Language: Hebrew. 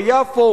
ביפו